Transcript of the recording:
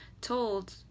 told